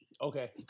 Okay